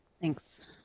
Thanks